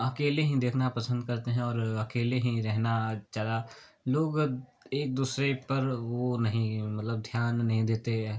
अकेले ही देखना पसंद करते हैं और अकेले ही रहना ज़्यादा लोग एक दूसरे पर वो नहीं मतलब ध्यान नहीं देते